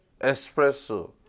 Espresso